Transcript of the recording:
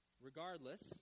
Regardless